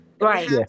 right